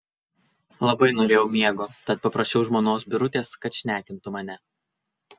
labai norėjau miego tad paprašiau žmonos birutės kad šnekintų mane